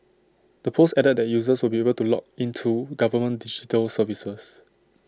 the post added that users would be able to log into government digital services